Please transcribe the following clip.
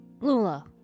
Lula